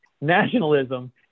nationalism